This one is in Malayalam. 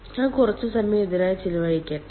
ഞാൻ കുറച്ചു സമയം ഇതിനായി ചിലവഴിക്കട്ടെ